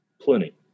Plenty